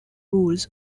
rules